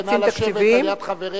חבר הכנסת ברכה, נא לשבת ליד חבריך.